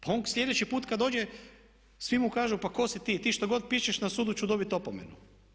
Pa on slijedeći put kad dođe svi mu kažu pa ko si ti, ti što god piše na sudu ću dobiti opomenu.